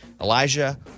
Elijah